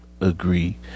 agree